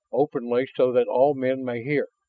openly so that all men may hear.